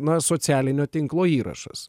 na socialinio tinklo įrašas